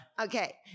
okay